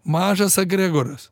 mažas agregoras